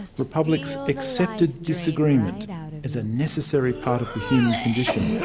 republics accepted disagreement as a necessary part of the human condition,